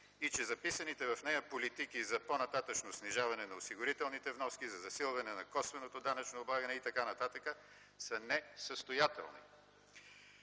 и че записаните в нея политики за по-нататъшно снижаване на осигурителните вноски, за засилване на косвеното данъчно облагане и така нататък, са несъстоятелни.